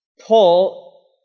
Paul